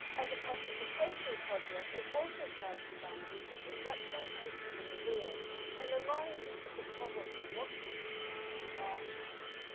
as a participatory project, it also clouds the boundaries between representation and the real and reminds us of the problem of what constitutes the archive.